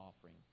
offering